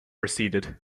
receded